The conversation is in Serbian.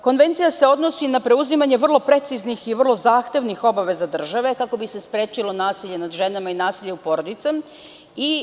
Konvencija se odnosi na preuzimanje vrlo preciznih i zahtevnih obaveza države, kako bi se sprečilo nasilje nad ženama i nasilje u porodicama.